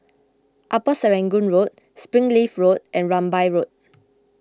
Upper Serangoon Road Springleaf Road and Rambai Road